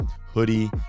hoodie